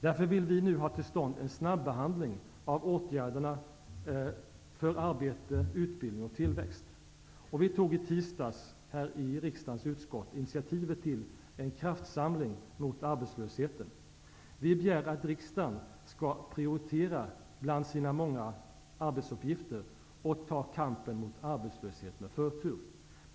Därför vill vi nu ha till stånd en snabbehandling av åtgärderna för arbete, utbildning och tillväxt. Vi tog i tisdags i riksdagens utskott initiativet till en kraftsamling mot arbetslösheten. Vi begär att riksdagen skall prioritera bland sina många arbetsuppgifter och ta kampen mot arbetslösheten med förtur.